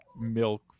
milk